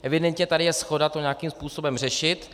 Evidentně je tady shoda to nějakým způsobem řešit.